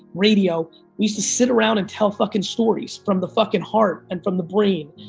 radio, we used to sit around and tell fucking stories from the fucking heart and from the brain.